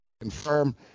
confirm